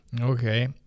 Okay